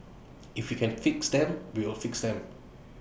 if we can fix them we will fix them